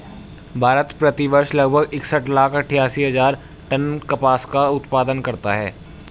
भारत, प्रति वर्ष लगभग इकसठ लाख अट्टठासी हजार टन कपास का उत्पादन करता है